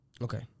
Okay